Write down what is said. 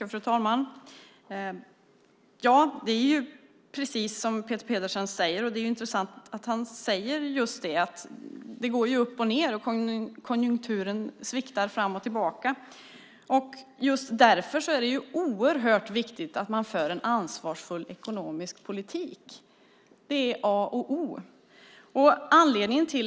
Fru talman! Det är precis som Peter Pedersen säger. Det är intressant att han säger just det. Det går upp och ned. Konjunkturen sviktar fram och tillbaka. Just därför är det oerhört viktigt att man för en ansvarsfull ekonomisk politik. Det är A och O.